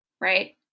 right